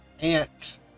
ant